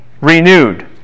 renewed